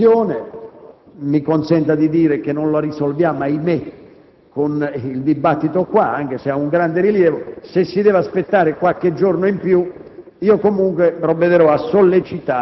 enorme questione. Mi consenta di dire che non la risolveremo – ahime! – con il dibattito in Aula, anche se ha un grande rilievo. Se si deve aspettare qualche giorno in piu,